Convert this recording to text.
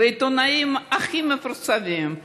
העיתונאים הכי מפורסמים,